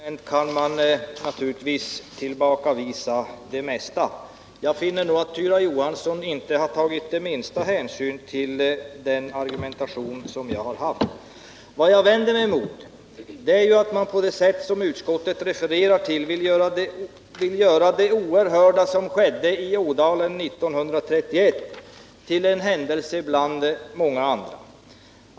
Herr talman! Med formalistiska argument kan man naturligtvis tillbakavisa det mesta. Jag finner att Tyra Johansson inte har tagit minsta hänsyn till min argumentation. Vad jag vänder mig mot är att utskottet vill göra det oerhörda som skedde i Ådalen 1931 till en händelse bland många andra.